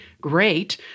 great